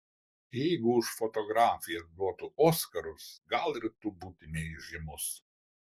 jeigu už fotografijas duotų oskarus gal ir tu būtumei žymus